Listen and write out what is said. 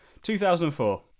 2004